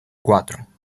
cuatro